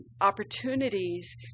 opportunities